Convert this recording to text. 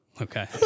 Okay